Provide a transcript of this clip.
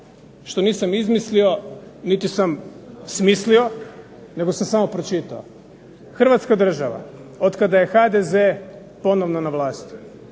što nisam izmislio niti sam smislio nego sam samo pročitao. Hrvatska država, otkada je HDZ ponovno na vlasti,